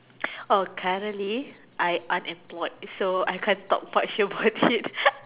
oh currently I am unemployed so I can't talk much about it